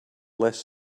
less